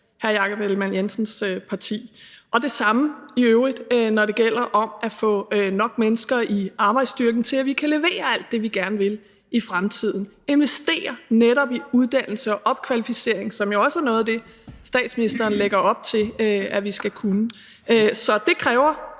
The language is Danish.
På samme måde forholder det sig i øvrigt, når det gælder om at få nok mennesker i arbejdsstyrken til, at vi kan levere alt det, som vi gerne vil i fremtiden, investere netop i uddannelse og opkvalificering, som jo også er noget af det, som statsministeren lægger op til at vi skal kunne. Så det kræver